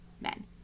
men